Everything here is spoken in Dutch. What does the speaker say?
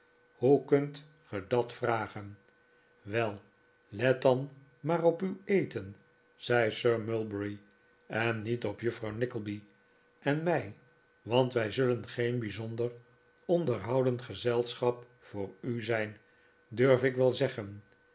hoe kunt ge dat vragen wel let dan maar op uw eten zei sir mulberry en niet op juffrouw nickleby en mij want wij zullen geen bijzonder onderhoudend gezelschap voor u zijn durf ik wel zeggen